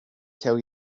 tell